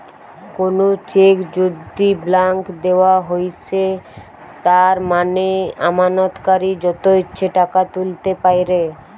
কোনো চেক যদি ব্ল্যাংক দেওয়া হৈছে তার মানে আমানতকারী যত ইচ্ছে টাকা তুলতে পাইরে